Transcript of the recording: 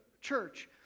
church